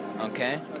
okay